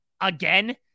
again